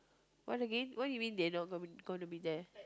what again what you mean they not gon~ gonna be there